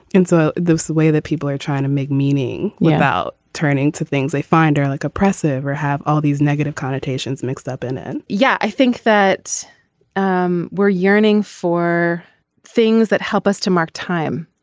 and so those the way that people are trying to make meaning about turning to things they find are like oppressive or have all these negative connotations mixed up in it yeah. i think that um we're yearning for things that help us to mark time.